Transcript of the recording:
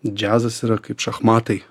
džiazas yra kaip šachmatai